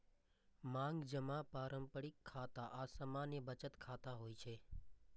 मांग जमा पारंपरिक खाता आ सामान्य बचत खाता होइ छै